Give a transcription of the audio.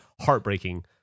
heartbreaking